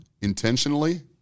intentionally